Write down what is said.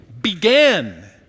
began